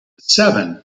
seven